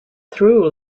through